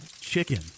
chicken